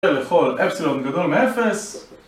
ולכל אפסילון גדול מאפס